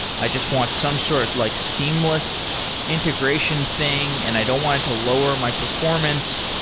i just want some sort of like seamless integration thing and i don't want it to lower my performance.